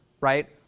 right